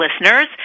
listeners